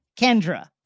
Kendra